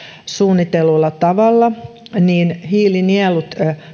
suunnitellulla tavalla hiilinielut